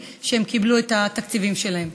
יוכלו להודיע לך שהם קיבלו את התקציבים שלהם.